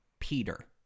Peter